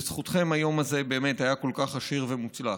בזכותכם היום הזה באמת היה כל כך עשיר ומוצלח.